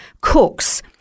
cooks